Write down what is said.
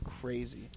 crazy